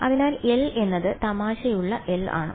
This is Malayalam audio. അതിനാൽ L എന്നത് തമാശയുള്ള L ആണ്